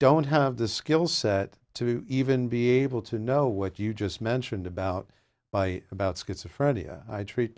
don't have the skill set to even be able to know what you just mentioned about by about schizophrenia i treat